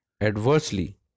adversely